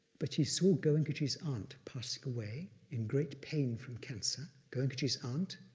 but he saw goenkaji's aunt pass away in great pain from cancer. goenkaji's aunt,